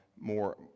more